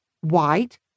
White